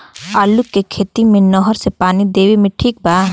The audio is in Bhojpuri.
आलू के खेती मे नहर से पानी देवे मे ठीक बा?